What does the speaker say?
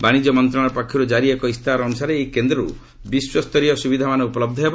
ବାଣିଜ୍ୟ ମନ୍ତ୍ରଣାଳୟରୁ କାରି ଏକ ଇସ୍ତାହାର ଅନୁସାରେ ସେହି କେନ୍ଦ୍ରରୁ ବିଶ୍ୱସ୍ତରୀୟ ସୁବିଧାମାନ ଉପଲହ୍ଧ ହେବ